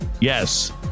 yes